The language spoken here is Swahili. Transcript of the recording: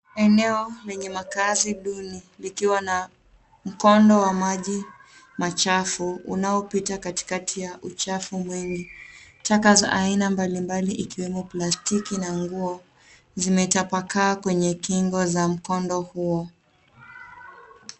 Eneo lenye makaazi duni likiwa na mkondo wa maji machafu unaopita katikati ya uchafu mwingi. Taka za aina mbalimbali ikiwemo plastiki na nguo zimetapakaa kwenye kingo za mkondo huo.